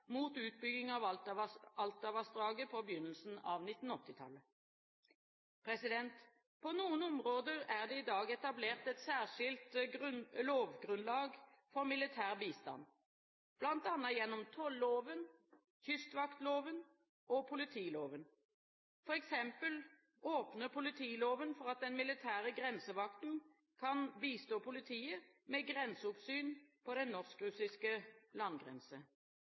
mot utbygging av Altavassdraget på begynnelsen av 1980-tallet. På noen områder er det i dag etablert et særskilt lovgrunnlag for militær bistand, bl.a. gjennom tolloven, kystvaktloven og politiloven. For eksempel åpner politiloven for at den militære grensevakten kan bistå politiet med grenseoppsyn på den norsk-russiske landgrense.